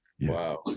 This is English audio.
Wow